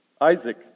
Isaac